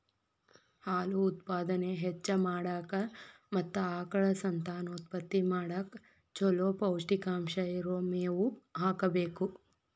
ಹಾಲು ಉತ್ಪಾದನೆ ಹೆಚ್ಚ್ ಮಾಡಾಕ ಮತ್ತ ಆಕಳ ಸಂತಾನೋತ್ಪತ್ತಿ ಮಾಡಕ್ ಚೊಲೋ ಪೌಷ್ಟಿಕಾಂಶ ಇರೋ ಮೇವು ಹಾಕಬೇಕು